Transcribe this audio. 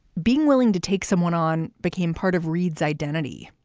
being willing to take someone on became part of reid's identity.